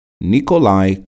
Nikolai